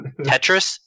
Tetris